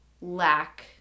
lack